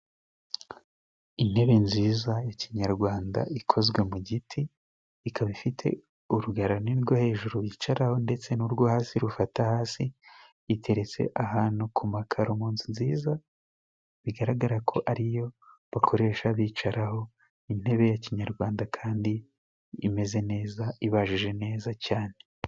Intebe nziza ya kinyarwanda ikozwe mu giti, ikaba ifite urugara ni rwo hejuru bicaraho, ndetse n'urwo hasi rufata hasi. Iteretse ahantu ku makaro mu nzu nziza, bigaragara ko ari yo bakoresha bicaraho. Intebe ya kinyarwanda kandi imeze neza ibajije neza cyane.